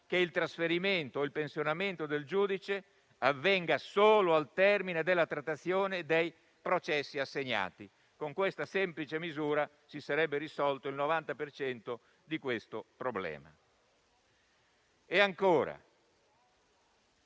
che il trasferimento o il pensionamento del giudice avvenga solo al termine della trattazione dei processi assegnati. Con questa semplice misura si sarebbe risolto il 90 per cento di questo problema. Ancora,